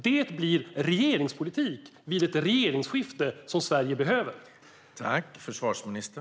Det blir regeringspolitik vid det regeringsskifte som Sverige behöver.